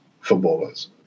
footballers